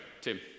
Tim